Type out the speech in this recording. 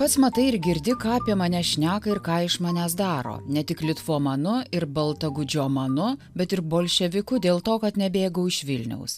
pats matai ir girdi ką apie mane šneka ir ką iš manęs daro ne tik litvomanu ir baltagudžiomanu bet ir bolševiku dėl to kad nebėgau iš vilniaus